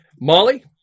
Molly